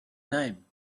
name